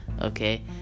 okay